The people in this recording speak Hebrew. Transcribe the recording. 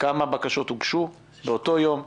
כמה בקשות הוגשו באותו יום,